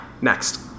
next